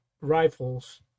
rifles